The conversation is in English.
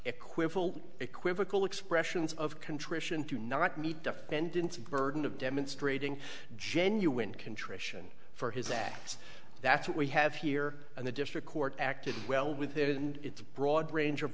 equivocal equivocal expressions of contrition to not meet defendant's burden of demonstrating genuine contrition for his acts that's what we have here in the district court acted well with theirs and it's a broad range of